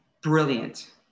brilliant